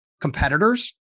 competitors